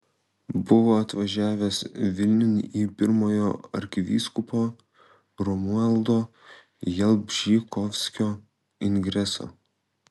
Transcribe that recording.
buvo atvažiavęs vilniun į pirmojo arkivyskupo romualdo jalbžykovskio ingresą